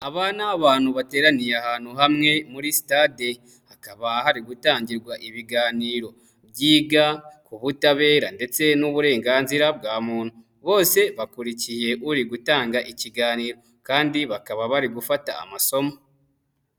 Aba ni abantu bateraniye ahantu hamwe muri sitade, hakaba hari gutangirwa ibiganiro byiga ku butabera ndetse n'uburenganzira bwa muntu, bose bakurikiye uri gutanga ikiganiro kandi bakaba bari gufata amasomo.